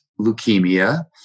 leukemia